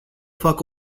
fac